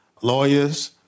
lawyers